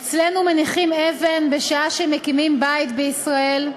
אצלנו מניחים אבן בשעה שמקימים בית בישראל,